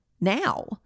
now